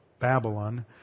Babylon